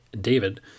David